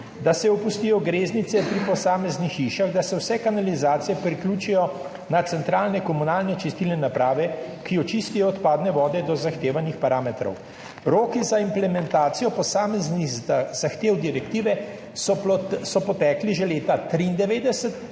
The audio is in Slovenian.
da se opustijo greznice pri posameznih hišah, da se vse kanalizacije priključijo na centralne komunalne čistilne naprave, ki očistijo odpadne vode do zahtevanih parametrov. Roki za implementacijo posameznih zahtev direktive so potekli že v letih 1993